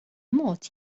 mod